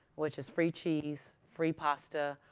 which is free cheese, free pasta,